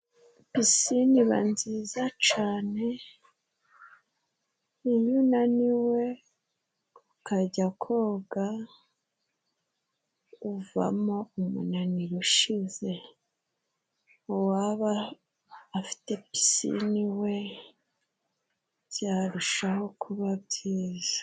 Pisine iba nziza cane. Iyo unaniwe ukajya koga, uvamo umunaniro ushize. Uwaba afite pisine iwe, byarushaho kuba byiza.